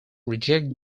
reject